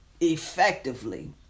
effectively